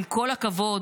עם כל הכבוד,